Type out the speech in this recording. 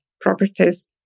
properties